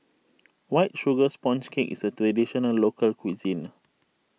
White Sugar Sponge Cake is a Traditional Local Cuisine